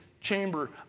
chamber